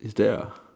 is there ah